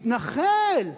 מתנחל,